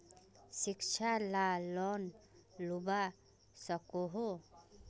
शिक्षा ला लोन लुबा सकोहो?